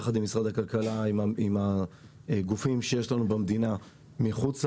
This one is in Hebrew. יחד עם משרד הכלכלה ועם הגופים שיש לנו במדינה מחוץ לארץ.